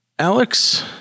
Alex